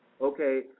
Okay